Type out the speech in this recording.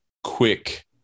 Quick